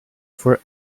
for